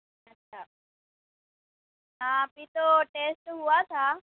اچھا ہاں ابھی تو ٹیسٹ ہُوا تھا